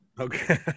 Okay